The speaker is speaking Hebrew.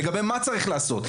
לגבי מה צריך לעשות,